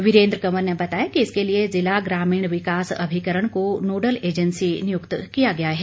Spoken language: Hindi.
वीरेन्द्र कंवर ने बताया कि इसके लिए ज़िला ग्रामीण विकास अभिकरण को नोडल एजेंसी नियुक्त किया गया है